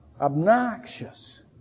obnoxious